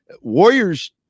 Warriors